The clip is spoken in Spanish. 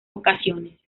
ocasiones